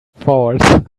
forward